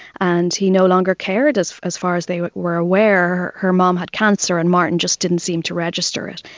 and he no longer cared as as far as they were aware. her mum had cancer and martin just didn't seem to register it.